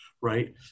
right